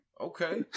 Okay